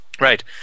Right